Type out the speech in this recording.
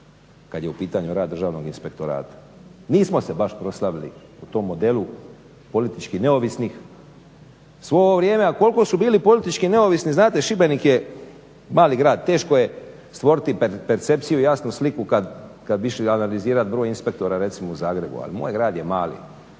kad je u pitanju rad Državnog inspektorata. Nismo se baš proslavili u tom modelu politički neovisnih svo ovo vrijeme. A koliko su bili politički neovisni, znate Šibenik je mali grad, teško je stvoriti percepciju i jasnu sliku kad bi išli analizirat broj inspektora recimo u Zagrebu, ali moj grad je mali,